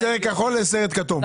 מסרט כחול לסרט כתום.